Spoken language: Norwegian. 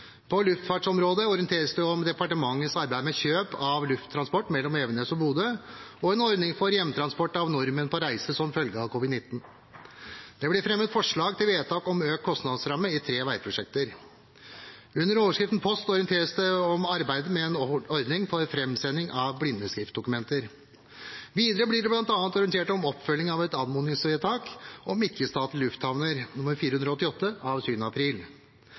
På luftfartsområdet orienteres det om departementets arbeid med kjøp av lufttransport mellom Evenes og Bodø, og om en ordning for hjemtransport av nordmenn på reise, som følge av covid-19. Det blir fremmet forslag til vedtak om økt kostnadsramme i tre veiprosjekter. Under overskriften Post orienteres det om arbeidet med en ordning for framsending av blindeskriftdokumenter. Videre blir det bl.a. orientert om oppfølging av et anmodningsvedtak om ikke-statlige lufthavner, nr. 488 for 2019–2020, av 7. april.